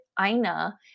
Aina